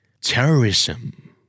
Terrorism